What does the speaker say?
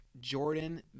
Jordan